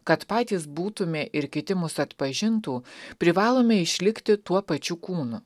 kad patys būtume ir kiti mus atpažintų privalome išlikti tuo pačiu kūnu